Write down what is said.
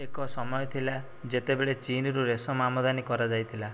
ଏକ ସମୟ ଥିଲା ଯେତେବେଳେ ଚୀନ୍ରୁ ରେଶମ ଆମଦାନୀ କରାଯାଇଥିଲା